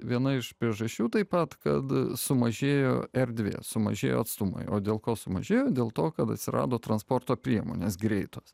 viena iš priežasčių taip pat kad sumažėjo erdvė sumažėjo atstumai o dėl ko sumažėjo dėl to kad atsirado transporto priemonės greitos